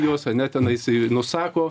juos ane tenais nusako